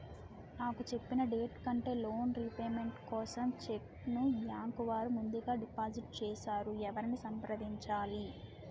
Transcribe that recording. నాకు చెప్పిన డేట్ కంటే లోన్ రీపేమెంట్ కోసం చెక్ ను బ్యాంకు వారు ముందుగా డిపాజిట్ చేసారు ఎవరిని సంప్రదించాలి?